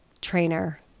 trainer